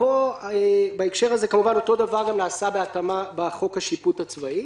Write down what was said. בהקשר הזה אותו דבר גם נעשה בהתאמה בחוק השיפוט הצבאי.